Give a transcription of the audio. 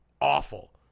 awful